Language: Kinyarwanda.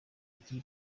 iki